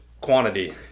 quantity